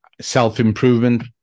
self-improvement